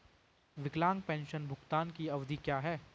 विकलांग पेंशन भुगतान की अवधि क्या है?